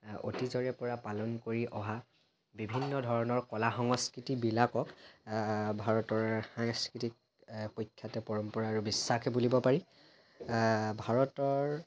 অতীজৰে পৰা পালন কৰি অহা বিভিন্ন ধৰণৰ কলা সংস্কৃতিবিলাকক ভাৰতৰ সাংস্কৃতিক প্ৰখ্যাত পৰম্পৰা আৰু বিশ্বাস বুলিব পাৰি ভাৰতৰ